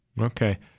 Okay